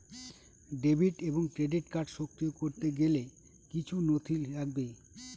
Debit এবং credit card সক্রিয় করতে গেলে কিছু নথি লাগবে?